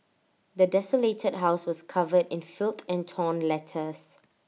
the desolated house was covered in filth and torn letters